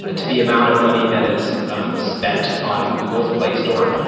ah to the amount of money that is spent on google's play store.